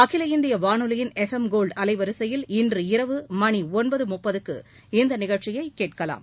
அகில இந்திய வானொலியின் எஃப் எம் கோல்டு அலைவரிசையில் இன்று இரவு மணி ஒன்பது முப்பதுக்கு இந்நிகழ்ச்சியை கேட்கலாம்